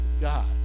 God